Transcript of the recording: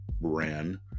ran